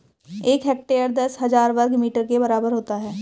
एक हेक्टेयर दस हजार वर्ग मीटर के बराबर होता है